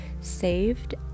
saved